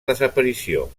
desaparició